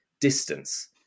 distance